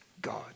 God